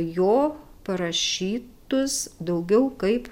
jo parašytus daugiau kaip